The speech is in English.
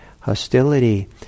Hostility